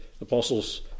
apostles